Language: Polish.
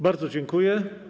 Bardzo dziękuję.